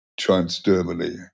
transdermally